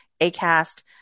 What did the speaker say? Acast